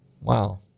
Wow